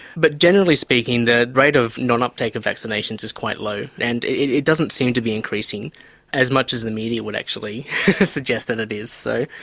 but generally speaking, the rate of non-uptake of vaccinations is quite low and it it doesn't seem to be increasing as much as the media would actually suggest that it is. so,